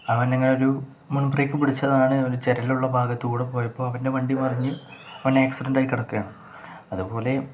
അവൻ ഇങ്ങനൊരു മുൻ ബ്രേക്ക് പിടിച്ചതാണ് ഒരു ചരലുള്ള ഭാഗത്തുകൂടെ പോയപ്പോള് അവൻ്റെ വണ്ടി മറിഞ്ഞ് അവനേക്സിഡന്റായി കിടക്കുകയാണ് അതുപോലെ